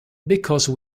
because